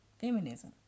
feminism